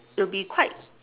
it will be quite